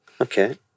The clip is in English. Okay